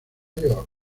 york